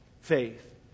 faith